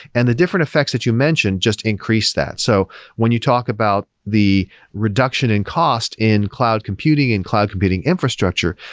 and the different effects that you mentioned just increase that. so when you talk about the reduction in cost in cloud computing and cloud computing infrastructure,